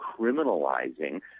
criminalizing